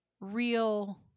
real